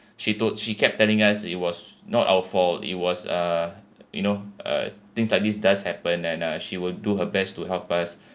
she told she kept telling us it was not our fault it was uh you know uh things like this does happen and uh she would do her best to help us